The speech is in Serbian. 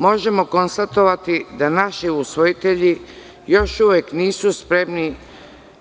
Možemo konstatovati da naši usvojitelji još uvek nisu spremni